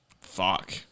Fuck